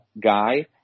guy